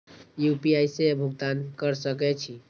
UPI से भुगतान क सके छी?